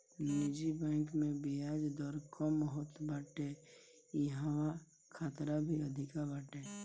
निजी बैंक में बियाज दर कम होत बाटे इहवा खतरा भी अधिका बाटे